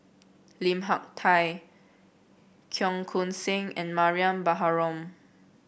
Lim Hak Tai Cheong Koon Seng and Mariam Baharom